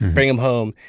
bring them home,